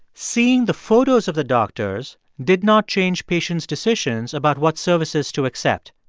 seeing the photos of the doctors did not change patients' decisions about what services to accept.